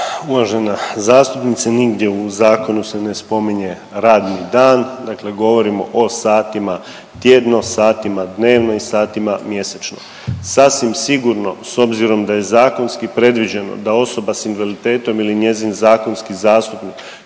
Uvažena zastupnice nigdje u zakonu se ne spominje radni dan, dakle govorimo o satima tjedno, satima dnevno i satima mjesečno. Sasvim sigurno s obzirom da je zakonski predviđeno da osoba s invaliditetom ili njezin zakonski zastupnik